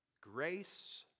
Grace